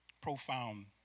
profound